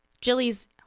Jilly's